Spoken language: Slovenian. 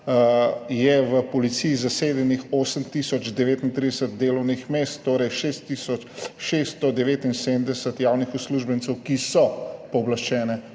je v Policiji zasedenih 8 tisoč 39 delovnih mest, torej 6 tisoč 679 javnih uslužbencev, ki so pooblaščene